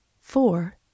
four